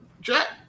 Jack